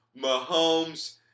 Mahomes